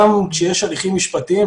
גם כשיש הליכים משפטיים,